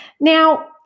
Now